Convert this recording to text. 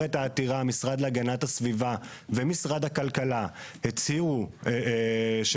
לאחר מכן כאן בוועדה הנכבדה הזאת באוקטובר 2020 ציינה יושבת-ראש